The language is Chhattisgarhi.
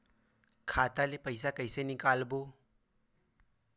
खाता ले पईसा कइसे निकालबो?